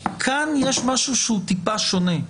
כאן יש משהו שהוא טיפה שונה.